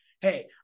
hey